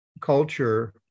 culture